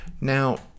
Now